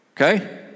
Okay